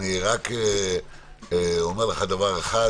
אני רק אומר לך דבר אחד